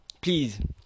please